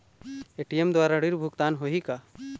ATM द्वारा ऋण भुगतान होही का?